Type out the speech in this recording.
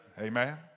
Amen